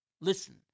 Listen